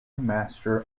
master